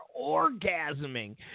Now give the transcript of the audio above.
orgasming